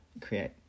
create